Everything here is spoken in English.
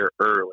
early